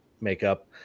makeup